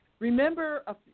Remember